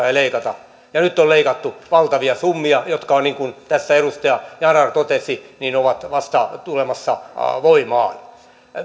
ei leikata nyt on leikattu valtavia summia jotka ovat niin kuin tässä edustaja yanar totesi vasta tulossa voimaan